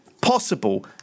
possible